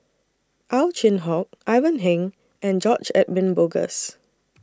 Ow Chin Hock Ivan Heng and George Edwin Bogaars